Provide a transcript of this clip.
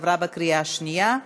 עברה בקריאה השנייה.